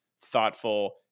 thoughtful